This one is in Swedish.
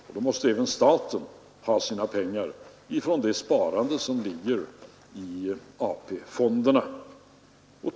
Därför måste även staten ta sina pengar från det sparande som ligger i AP-fonderna.